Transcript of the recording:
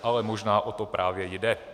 Ale možná o to právě jde.